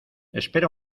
espera